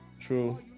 True